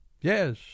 Yes